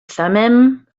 thummim